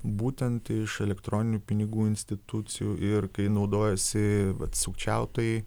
būtent iš elektroninių pinigų institucijų ir kai naudojasi bet sukčiautojai